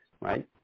right